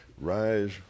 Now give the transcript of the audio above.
Rise